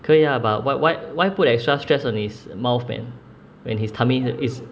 可以 ah but why why put the extra stress on his mouth man when his tummy is